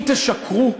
אם תשקרו,